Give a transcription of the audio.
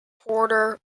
porter